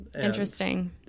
Interesting